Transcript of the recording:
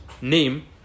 name